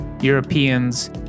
Europeans